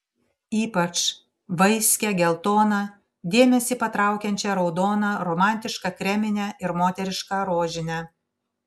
ypač vaiskią geltoną dėmesį patraukiančią raudoną romantišką kreminę ir moterišką rožinę